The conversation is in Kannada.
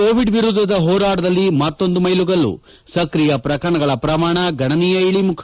ಕೋವಿಡ್ ವಿರುದ್ಧದ ಹೋರಾಟದಲ್ಲಿ ಮತ್ತೊಂದು ಮೈಲುಗಲ್ಲು ಸಕ್ರಿಯ ಪ್ರಕರಣಗಳ ಪ್ರಮಾಣ ಗಣನೀಯ ಇಳಮುಖ